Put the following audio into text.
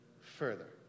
further